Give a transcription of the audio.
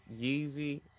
yeezy